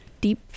deep